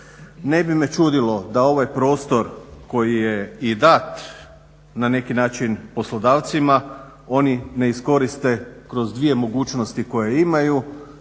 Ne bi me čudilo da ovaj prostor koji je i dat na neki način poslodavcima oni ne iskoriste kroz dvije mogućnosti koje imaju,